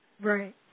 Right